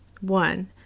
one